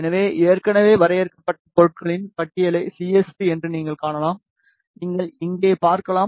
எனவே ஏற்கனவே வரையறுக்கப்பட்ட பொருட்களின் பட்டியலை சிஎஸ்டி என்று நீங்கள் காணலாம் நீங்கள் இங்கே பார்க்கலாம்